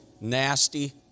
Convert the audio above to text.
nasty